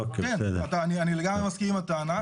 אני לגמרי מסכים עם הטענה.